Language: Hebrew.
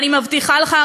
אני מבטיחה לך,